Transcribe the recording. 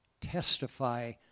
testify